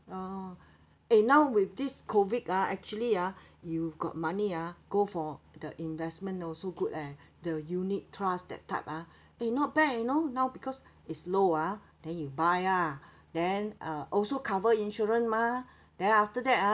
oh eh now with this COVID ah actually ah you've got money ah go for the investment also good leh the unit trusts that type ah eh not bad you know now because is low ah then you buy ah then uh also cover insurance mah then after that ah